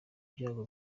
ibyago